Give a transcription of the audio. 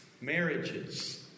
marriages